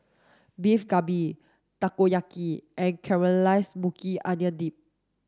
Beef Galbi Takoyaki and Caramelized Maui Onion Dip